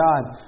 God